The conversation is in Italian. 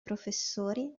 professori